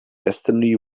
destiny